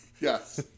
Yes